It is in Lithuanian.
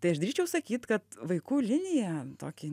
tai aš drįsčiau sakyt kad vaikų linija tokį